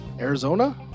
Arizona